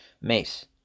mace